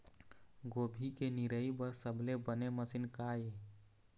गोभी के निराई बर सबले बने मशीन का ये?